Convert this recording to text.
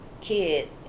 kids